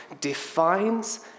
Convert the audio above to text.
defines